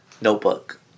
Notebook